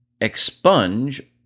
expunge